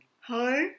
Hi